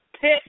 pick